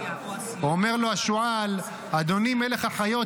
אומר לו השועל: אדוני מלך החיות,